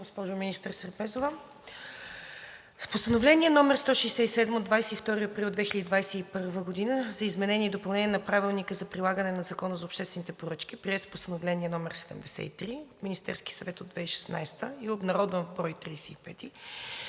госпожо министър Сербезова, с Постановление № 167 от 22 април 2021 г. за изменение и допълнение на Правилника за прилагане на Закона за обществените поръчки, приет с Постановление № 73 на Министерския съвет от 2016 г. и обнародван в Държавен